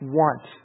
want